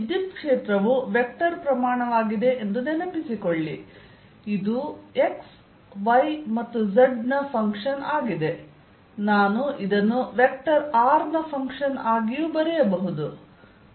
ವಿದ್ಯುತ್ ಕ್ಷೇತ್ರವು ವೆಕ್ಟರ್ ಪ್ರಮಾಣವಾಗಿದೆ ಎಂದು ನೆನಪಿಸಿಕೊಳ್ಳಿ ಇದು x y ಮತ್ತು z ನ ಫಂಕ್ಶನ್ ಆಗಿದೆ ನಾನು ಇದನ್ನು ವೆಕ್ಟರ್ r ನ ಫಂಕ್ಶನ್ ಆಗಿಯೂ ಬರೆಯಬಹುದು